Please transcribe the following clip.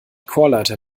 chorleiter